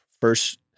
First